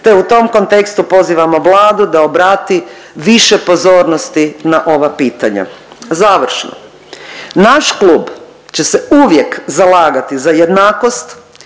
te u tom kontekstu pozivamo Vladu da obrati više pozornosti na ova pitanja. Završno, naš klub će se uvijek zalagati za jednakost,